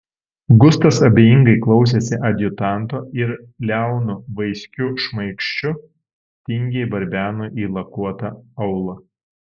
gustas abejingai klausėsi adjutanto ir liaunu vaiskiu šmaikščiu tingiai barbeno į lakuotą aulą